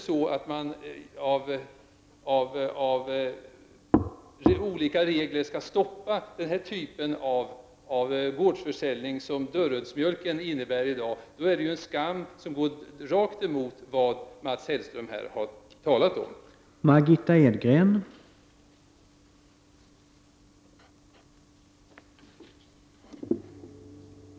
Skall man med olika regler stoppa den typn av gårdsförsäljning som Dörrödsmjölken är ett exempel på, är det en skam som går rakt emot det Mats Hellström har talat om här.